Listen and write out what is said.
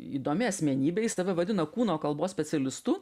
įdomi asmenybė jis save vadina kūno kalbos specialistu